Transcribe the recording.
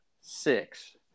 six